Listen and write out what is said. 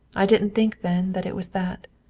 i didn't think then that it was that.